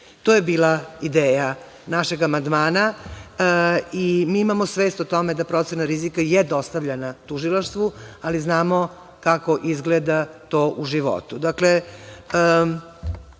je bila ideja našeg amandmana i mi imamo svest o tome da procena rizika je dostavljena tužilaštvu, ali znamo kako izgleda to u životu. Dakle,